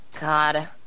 god